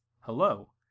hello